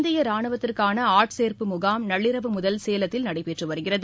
இந்திய ராணுவத்திற்கான ஆட்சேர்ப்பு முகாம் நள்ளிரவு முதல் சேலத்தில் நடைபெற்று வருகிறது